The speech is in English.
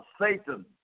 Satan